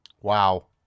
wow